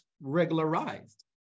regularized